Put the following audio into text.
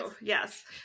yes